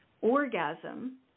Orgasm